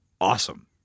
awesome